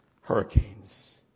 hurricanes